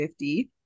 50